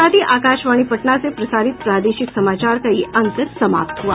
इसके साथ ही आकाशवाणी पटना से प्रसारित प्रादेशिक समाचार का ये अंक समाप्त हुआ